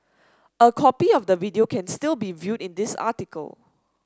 a copy of the video can still be viewed in this article